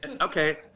Okay